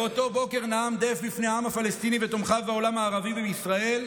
באותו בוקר נאם דף בפני העם הפלסטיני ותומכיו בעולם הערבי ובישראל,